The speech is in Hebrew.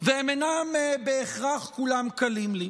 ולא כולם בהכרח קלים לי.